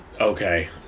Okay